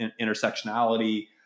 intersectionality